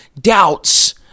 doubts